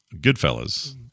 goodfellas